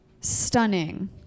stunning